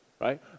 Right